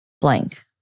blank